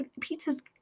pizza's